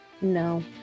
No